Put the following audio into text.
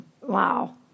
wow